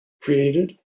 created